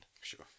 Sure